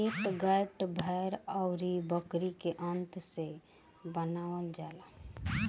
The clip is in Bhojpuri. कैटगट भेड़ अउरी बकरी के आंत से बनावल जाला